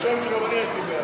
תרשום שגם אני הייתי בעד.